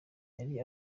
yari